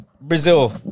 Brazil